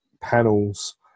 panels